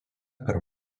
per